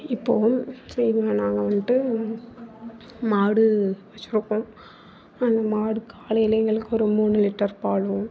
இப்போது சரிங்க நாங்கள் வந்துட்டு மாடு வச்சுருக்கோம் அந்த மாடு காலையில் எங்களுக்கு ஒரு மூணு லிட்டர் பாலும்